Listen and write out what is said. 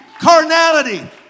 carnality